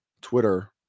Twitter